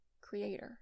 creator